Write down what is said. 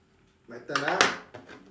my turn ah